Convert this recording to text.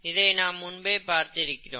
இதை நாம் முன்பே பார்த்திருக்கிறோம்